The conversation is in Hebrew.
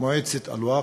מועצת אל-ווקף,